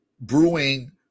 brewing